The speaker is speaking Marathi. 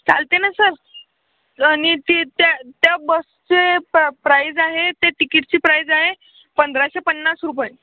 चालते ना सर नी ती त्या त्या बसचे पं प्राईज आहे ते तिकीटची प्राईज आहे पंधराशे पन्नास रुपये